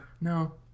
no